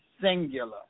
singular